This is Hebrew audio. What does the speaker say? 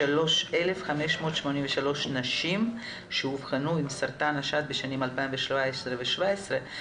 כ-23,583 נשים שאובחנו עם סרטן השד בשנים 2017-2018,